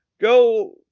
Go